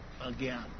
again